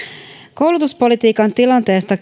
koulutuspolitiikan tilanteesta